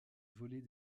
volet